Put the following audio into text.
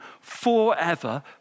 forever